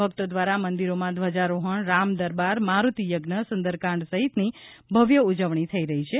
ભક્તો દ્વારા મંદિરોમાં ધ્વજારોહણ રામદરબાર મારૂતિ યજ્ઞ સુંદરકાંડ સહિતની ભવ્ય ઉજવણી થઈ રહી છે